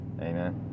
Amen